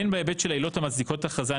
הן בהיבט של העילות המצדיקות הכרזה על